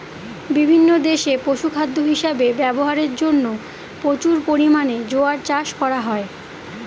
বিভিন্ন দেশে পশুখাদ্য হিসাবে ব্যবহারের জন্য প্রচুর পরিমাণে জোয়ার চাষ করা হয়